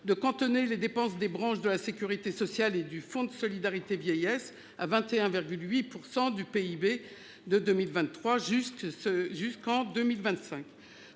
de cantonner les dépenses des branches de la Sécurité sociale et du Fonds de solidarité vieillesse à 21,8% du PIB de 2023. Juste ce